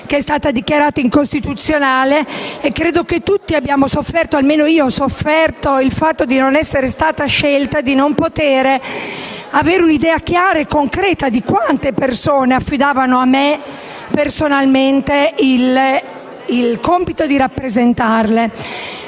che è stata dichiarata incostituzionale. Credo che tutti abbiamo sofferto, o almeno io ho sofferto per il fatto di non essere stata scelta e di non poter avere un'idea chiara e concreta di quante persone affidavano a me personalmente il compito di rappresentarle.